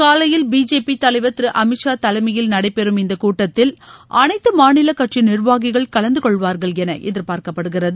காலையில பிஜேபி தலைவர் திரு அமித் ஷா தலைமயில நடைபெறும் இந்த கூட்டத்தில அனைத்து மாநில கட்சி நிர்வாகிகள் கலந்தகொள்வார்கள் என எதிர்பார்க்கப்படுகிறது